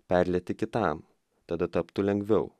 perlieti kitam tada taptų lengviau